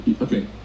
Okay